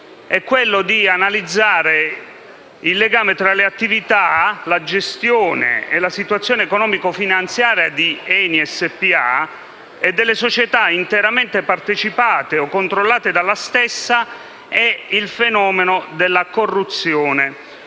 «è quello di analizzare il legame tra le attività, la gestione e la situazione economico‑finanziario di ENI SpA e delle società interamente partecipate o controllate dalla stessa e il fenomeno della corruzione,